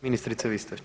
Ministrice vi ste.